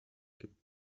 gibt